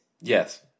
Yes